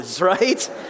right